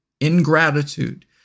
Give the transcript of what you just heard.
ingratitude